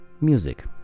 music